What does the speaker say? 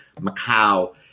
Macau